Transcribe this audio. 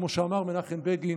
כמו שאמר מנחם בגין: